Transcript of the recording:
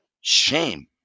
shame